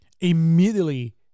Immediately